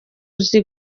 uzi